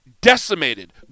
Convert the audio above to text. decimated